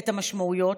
את המשמעויות,